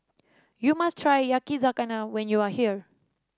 you must try Yakizakana when you are here